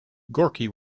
gorky